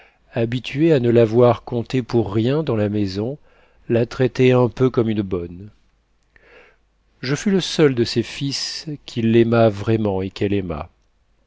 habitués à ne la voir compter pour rien dans la maison la traitaient un peu comme une bonne je fus le seul de ses fils qui l'aima vraiment